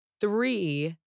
Three